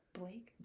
Blake